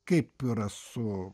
kaip yra su